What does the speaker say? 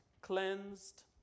cleansed